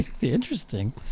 interesting